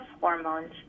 hormones